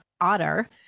Otter